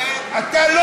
אתה עוד אני פוחד?